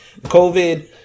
COVID